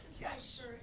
Yes